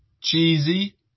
Cheesy